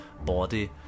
body